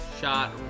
shot